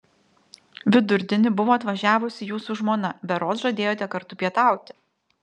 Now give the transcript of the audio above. vidurdienį buvo atvažiavusi jūsų žmona berods žadėjote kartu pietauti